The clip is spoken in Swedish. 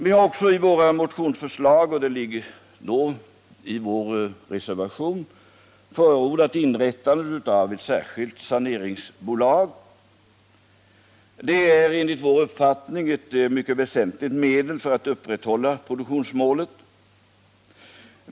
Vi har också i våra motionsförslag — och det ligger då i vår reservation — förordat inrättandet av ett särskilt saneringsbolag. Det är enligt vår uppfattning ett mycket väsentligt medel för att uppnå produktionsmålet.